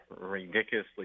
ridiculously